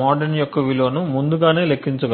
mod n యొక్క విలువను ముందుగానే లెక్కించగలడు